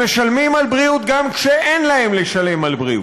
והם משלמים על בריאות גם כשאין להם לשלם על בריאות.